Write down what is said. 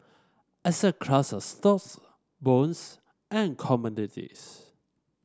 asset classes stocks bonds and commodities